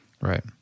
Right